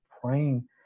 praying